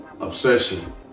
Obsession